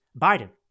Biden